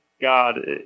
God